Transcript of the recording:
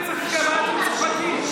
מאיר נבחר דמוקרטית?